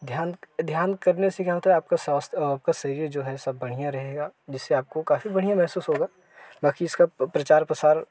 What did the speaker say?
ध्यान ध्यान करने से क्या होता है आपका स्वास्थ आपका शरीर जो है सब बढ़िया रहेगा जिससे आपको काफी बढ़िया महसूस होगा बाकी इसका प्रचार प्रसार